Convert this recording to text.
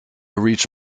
reach